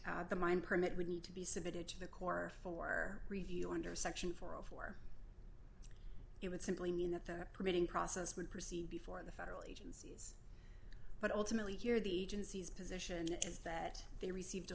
the mine permit would need to be submitted to the corps for review under section four a for it would simply mean that the permitting process would proceed before the federal agency but ultimately here the agency's position is that they received a